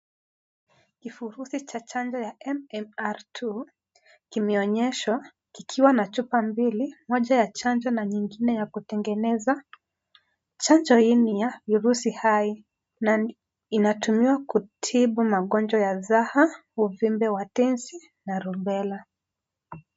Kifurushi cha chanjo ya MMRII kimeonyeshwa kikiwa na chupa mbili moja ya chanjo na kingine ya kutengeneza chanjo hii ni ya virusi hai na inatumiwa kutibu magonjwa ya saha ,uvimbe wa tenzi na Rubella.